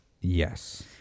Yes